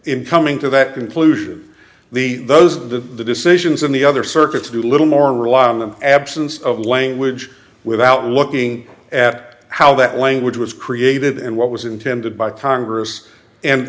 in coming to that conclusion the those of the decisions on the other circuits do little more rely on the absence of language without looking at how that language was created and what was intended by congress and